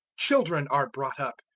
children are brought up,